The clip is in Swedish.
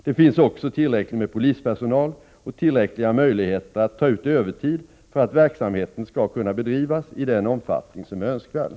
Det finns också tillräckligt med polispersonal och tillräckliga möjligheter att ta ut övertid för att verksamheten skall kunna bedrivas i den omfattning som är önskvärd.